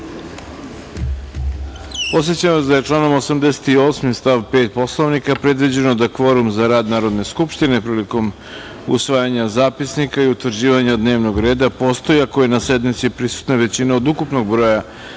vas da je članom 88. stav 5. Poslovnika predviđeno da kvorum za rad Narodne skupštine prilikom usvajanjem zapisnika i utvrđivanja dnevnog reda postoji ako je na sednici prisutna većina od ukupnog broja